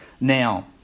now